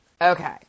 Okay